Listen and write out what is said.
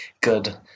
good